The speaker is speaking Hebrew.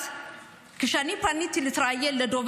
כשאני פניתי להתראיין באחד מערוצי המרכז,